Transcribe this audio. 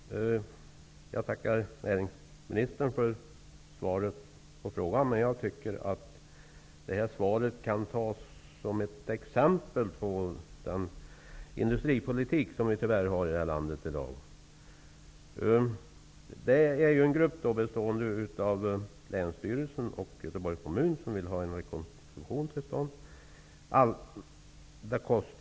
Herr talman! Jag tackar näringsministern för svaret på frågan. Jag tycker att svaret kan tas som ett exempel på den industripolitik som tyvärr finns i det här landet i dag. Det finns en grupp bestående av representanter från Länsstyrelsen och Göteborgs kommun som vill att en rekonstruktion skall komma till stånd.